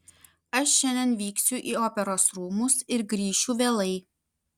aš šiandien vyksiu į operos rūmus ir grįšiu vėlai